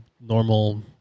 normal